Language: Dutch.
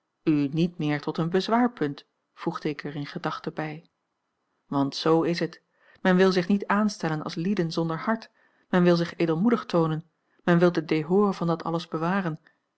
niet meer tot een bezwaarpunt voegde ik er a l g bosboom-toussaint langs een omweg in gedachte bij want z is het men wil zich niet aanstellen als lieden zonder hart men wil zich edelmoedig toonen men wil de dehors van dat alles bewaren